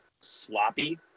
sloppy